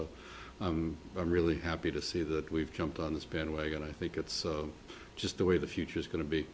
a i'm really happy to see that we've jumped on this bandwagon i think it's just the way the future's going to be